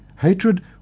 Hatred